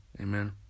Amen